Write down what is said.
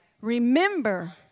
Remember